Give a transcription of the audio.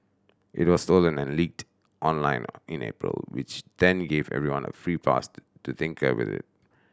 it was stolen and leaked online in April which then gave anyone a free passed to tinker with it